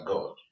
God